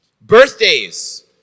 birthdays